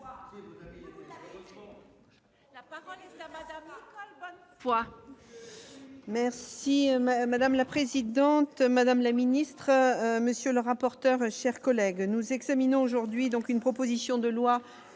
Merci madame la présidente, madame la ministre, monsieur le rapporteur, chers collègues, nous examinons aujourd'hui donc une proposition de loi